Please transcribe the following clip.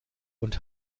und